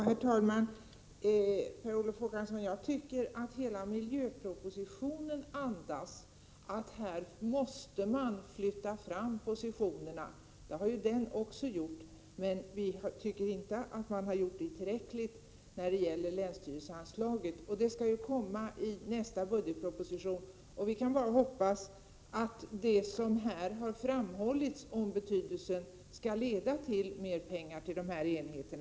Herr talman! Jag tycker att hela miljöpropositionen ger uttryck för att positionerna måste flyttas fram. Det har man också gjort men inte i tillräcklig grad vad gäller anslaget till länsstyrelserna. Ett förslag därom kommer i nästa budgetproposition. Vi kan bara hoppas att det som här framhållits om betydelsen av åtgärder för landskapsvård och naturvård skall leda till mer pengar till naturvårdsenheten.